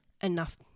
enough